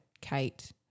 Kate